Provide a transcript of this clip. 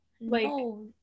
No